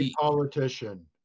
politician